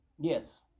Yes